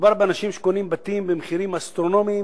מדובר באנשים שקונים בתים במחירים אסטרונומיים,